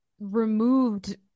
removed